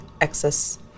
excess